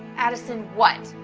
addison, what